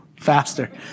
Faster